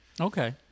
Okay